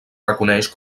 reconeix